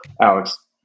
Alex